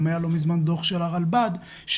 לא מזמן היה דוח של הרלב"ד שהראה